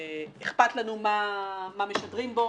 שאכפת לנו מה משדרים בו.